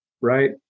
right